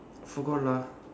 forgot ah